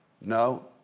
No